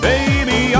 Baby